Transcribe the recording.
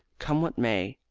come what may,